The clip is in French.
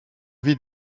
vis